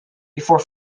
before